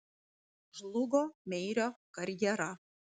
žlugo meirio karjera